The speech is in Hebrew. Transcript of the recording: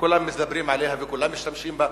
שכולם מדברים עליה וכולם משתמשים בה.